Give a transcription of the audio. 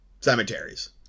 cemeteries